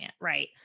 right